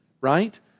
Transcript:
right